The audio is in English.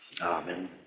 Amen